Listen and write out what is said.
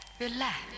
relax